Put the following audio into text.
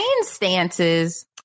stances